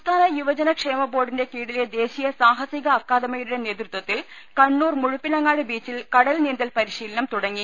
സംസ്ഥാന ്യുവജന ക്ഷേമ ബോർഡിന്റെ കീഴിലെ ദേശീയ സാഹസിക അക്കാദമിയുടെ നേതൃത്വത്തിൽ കണ്ണൂർ മുഴുപ്പില ങ്ങാട് ബീച്ചിൽ കടൽ നീന്തൽ പരിശീലനം തുടങ്ങി